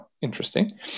interesting